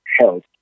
health